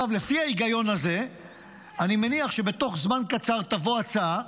לפי ההיגיון הזה אני מניח שבתוך זמן קצר תבוא הצעה